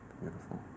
Beautiful